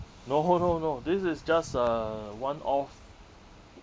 no no no this is just a one off